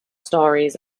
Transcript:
stories